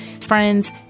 Friends